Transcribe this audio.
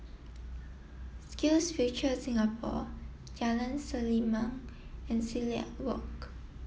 SkillsFuture Singapore Jalan Selimang and Silat Walk